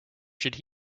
should